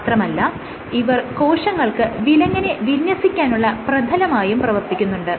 മാത്രമല്ല ഇവർ കോശങ്ങൾക്ക് വിലങ്ങനെ വിന്യസിക്കാനുള്ള പ്രതലമായും പ്രവർത്തിക്കുന്നുണ്ട്